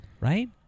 Right